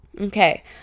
Okay